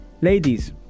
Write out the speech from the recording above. Ladies